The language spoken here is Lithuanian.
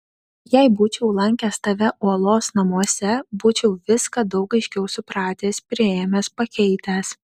jei būčiau lankęs tave uolos namuose būčiau viską daug aiškiau supratęs priėmęs pakeitęs